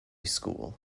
school